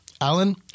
Alan